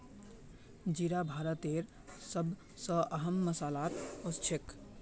जीरा भारतेर सब स अहम मसालात ओसछेख